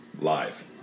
live